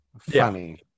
funny